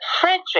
Frederick